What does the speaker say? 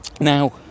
Now